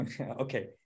okay